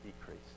decrease